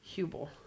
Hubble